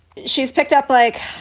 she's picked up like,